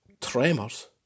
tremors